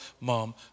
mom